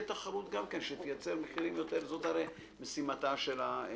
תחרות גם כן שתייצר מחירים יותר טובים הרי זו משימת הרפורמה.